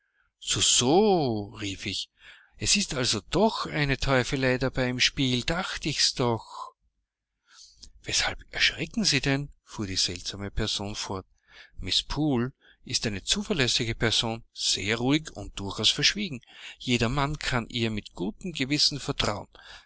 so rief ich es ist also doch eine teufelei dabei im spiel dachte ich's doch weshalb erschrecken sie denn fuhr die seltsame person fort mrs poole ist eine zuverlässige person sehr ruhig und durchaus verschwiegen jedermann kann ihr mit gutem gewissen